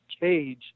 cage